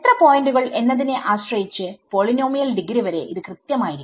എത്ര പോയിന്റുകൾ എന്നതിനെ ആശ്രയിച്ച് പോളിനോമിയൽ ഡിഗ്രിവരെ ഇത് കൃത്യമായിരിക്കും